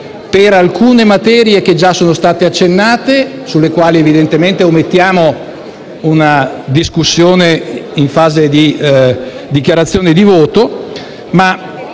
per alcune materie che già sono state accennate, sulle quali evidentemente omettiamo una discussione in fase di dichiarazione di voto. Ma